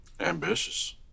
Ambitious